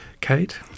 Kate